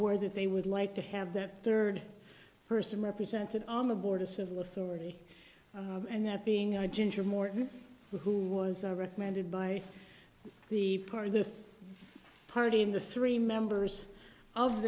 word that they would like to have that third person represented on the board of civil authority and that being a ginger morton who was recommended by the party the party in the three members of